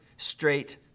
straight